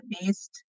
based